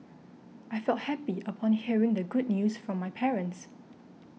I felt happy upon hearing the good news from my parents